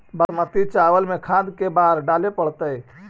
बासमती चावल में खाद के बार डाले पड़तै?